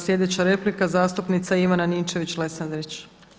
Sljedeća replika zastupnica Ivana Ninčević-Lesandrić.